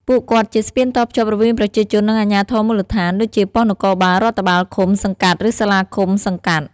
ពួកគាត់ជាស្ពានតភ្ជាប់រវាងប្រជាជន និងអាជ្ញាធរមូលដ្ឋាន ដូចជាប៉ុស្តិ៍នគរបាលរដ្ឋបាលឃុំ/សង្កាត់ ឬសាលាឃុំ/សង្កាត់។